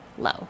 low